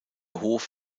hof